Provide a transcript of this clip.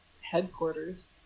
headquarters